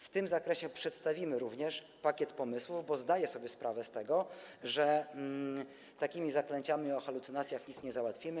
W tym zakresie przedstawimy również pakiet pomysłów, bo zdaję sobie sprawę z tego, że takimi zaklęciami o halucynacjach nic nie załatwimy.